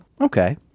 Okay